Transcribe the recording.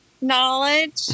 knowledge